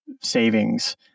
savings